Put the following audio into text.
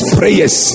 prayers